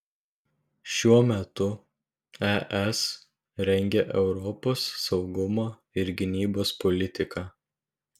šiuo metu es rengia europos saugumo ir gynybos politiką